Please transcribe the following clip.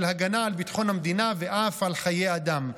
הגנה על ביטחון המדינה ואף על חיי אדם.